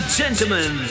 gentlemen